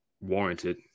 warranted